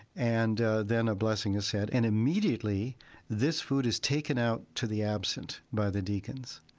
and then a blessing is said. and immediately this food is taken out to the absent by the deacons.